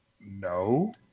No